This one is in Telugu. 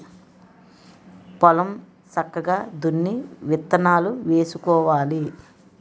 పొలం సక్కగా దున్ని విత్తనాలు వేసుకోవాలి